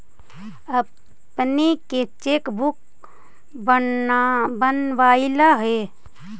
अपने के cheque book बनवइला हे